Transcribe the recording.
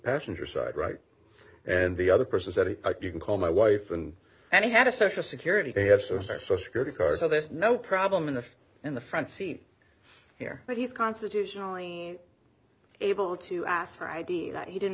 passenger side right and the other person you can call my wife and and he had a social security they have sources so security guard so there's no problem in the in the front seat here but he's constitutionally able to ask for id that he didn't